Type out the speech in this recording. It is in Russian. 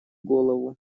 голову